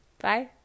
bye